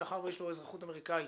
מאחר שיש לו אזרחות אמריקנית,